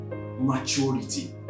maturity